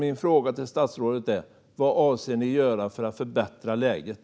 Min fråga till statsrådet är: Vad avser ni att göra för att förbättra läget?